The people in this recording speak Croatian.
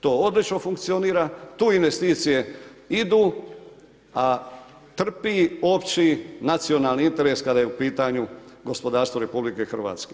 To odlično funkcionira, tu investicije idu, a trpi opći nacionalni interes kada je u pitanju gospodarstvo RH.